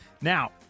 Now